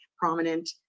prominent